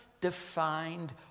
defined